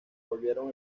volvieron